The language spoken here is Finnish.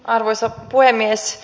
arvoisa puhemies